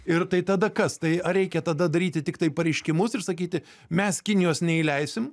ir tai tada kas tai ar reikia tada daryti tiktai pareiškimus ir sakyti mes kinijos neįleisim